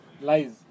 Lies